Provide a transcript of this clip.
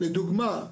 לדוגמה,